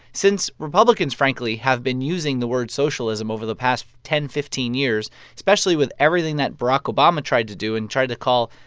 since republicans, frankly, have been using the word socialism over the past ten, fifteen years especially with everything that barack obama tried to do and tried to call,